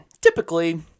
Typically